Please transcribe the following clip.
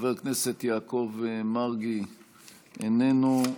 חבר הכנסת יעקב מרגי, איננו.